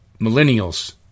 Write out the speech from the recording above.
millennials